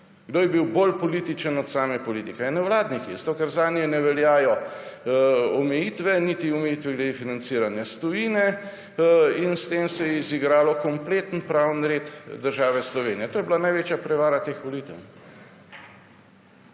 Kdo je bil bolj političen od same politike? Ja, nevladniki, ker zanje ne veljajo omejitve, niti omejitve glede financiranja iz tujine. In s tem se je izigral kompleten pravni red države Slovenije. To je bila največja prevara teh volitev.